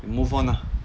we move on lah